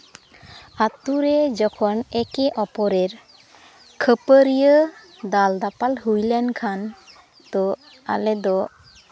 ᱟᱛᱳ ᱨᱮ ᱡᱚᱠᱷᱚᱱ ᱮᱠᱮ ᱚᱯᱚᱨᱮᱨ ᱠᱷᱟᱹᱯᱟᱹᱨᱤᱭᱟᱹ ᱫᱟᱞᱼᱫᱟᱯᱟᱞ ᱦᱩᱭ ᱞᱮᱱᱠᱷᱟᱱ ᱛᱚ ᱟᱞᱮ ᱫᱚ